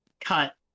cut